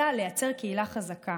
אלא לייצר קהילה חזקה.